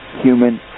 human